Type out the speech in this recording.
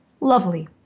Lovely